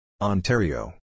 Ontario